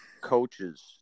coaches